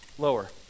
Lower